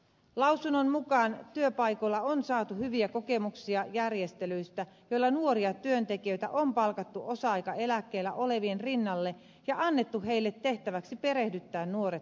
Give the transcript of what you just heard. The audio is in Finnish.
lausunnon mukaan työpaikoilla on saatu hyviä kokemuksia järjestelyistä joilla nuoria työntekijöitä on palkattu osa aikaeläkkeellä olevien rinnalle ja annettu heille tehtäväksi perehdyttää nuoret töihinsä